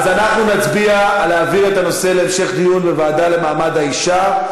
אז אנחנו נצביע על להעביר את הנושא להמשך דיון בוועדה למעמד האישה.